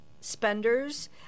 spenders